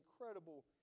incredible